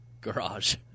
garage